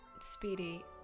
speedy